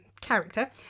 character